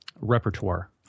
repertoire